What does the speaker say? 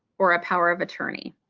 or a power of attorney.